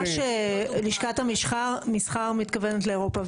גם רז, גם לשכת המסחר מתכוונת לאירופה.